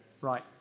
right